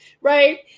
right